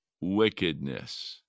wickedness